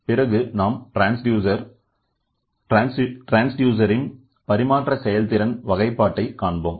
பிறகு நாம் ட்ரான்ஸ்டியூசர் இன் பரிமாற்ற செயல்திறன் வகைப்பாட்டை காண்போம்